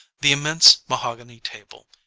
the immense mahogany table,